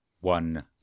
one